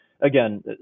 again